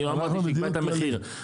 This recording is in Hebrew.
אמרתי שיקבע את המחיר,